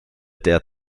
der